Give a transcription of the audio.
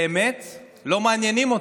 באמת לא מעניינים אותם.